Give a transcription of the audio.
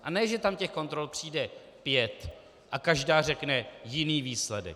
A ne že tam těch kontrol přijde pět a každá řekne jiný výsledek.